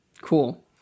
Cool